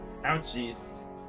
Ouchies